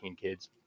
kids